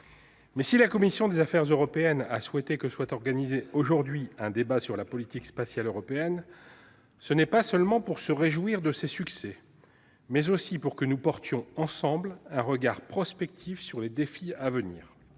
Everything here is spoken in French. Si la commission des affaires européennes a souhaité que soit organisé aujourd'hui un débat sur la politique spatiale européenne, ce n'est pas seulement pour se réjouir de ces succès, mais aussi pour que nous portions ensemble un regard prospectif sur les défis à venir.